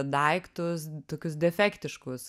daiktus tokius defektiškus